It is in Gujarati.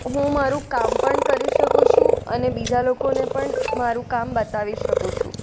હું મારૂં કામ પણ કરી શકું છું અને બીજા લોકોને પણ મારૂં કામ બતાવી શકું છું